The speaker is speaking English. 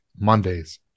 Mondays